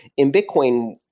in bitcoin,